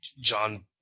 John